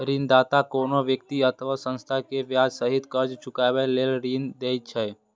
ऋणदाता कोनो व्यक्ति अथवा संस्था कें ब्याज सहित कर्ज चुकाबै लेल ऋण दै छै